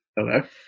Okay